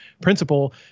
principle